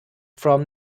from